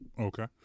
Okay